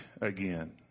again